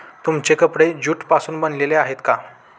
तुमचे कपडे ज्यूट पासून बनलेले आहेत का?